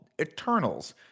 Eternals